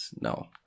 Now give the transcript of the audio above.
no